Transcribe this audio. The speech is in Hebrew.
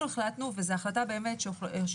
אנחנו החלטנו וזאת החלטה של כל